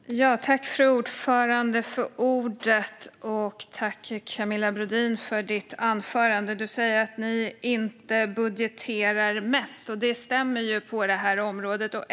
Fru talman! Tack för ditt anförande, Camilla Brodin! Du säger att ni inte budgeterar mest, och det stämmer på det här området.